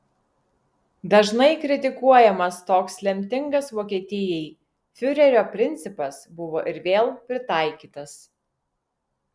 dažnai kritikuojamas toks lemtingas vokietijai fiurerio principas buvo ir vėl pritaikytas